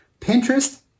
Pinterest